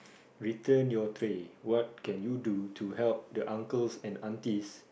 return your tray what can you do to help the uncles and aunties